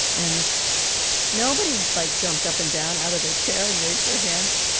and nobody, like, jumped up and down out of their chair and raised their hands,